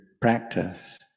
practice